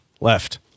left